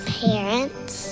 parents